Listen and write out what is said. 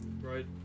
right